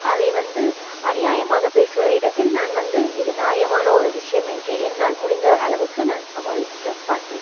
அதை வந்து அநியாயமாக பேசுபவரிடத்தில் நான் வந்து இது ஞாயமான ஒரு விஷயம் என்று என்னால் முடிந்த அளவுக்கு நான் சமாளிக்கப் பார்ப்பேன்